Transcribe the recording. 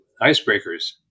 icebreakers